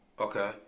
Okay